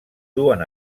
duen